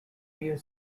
rear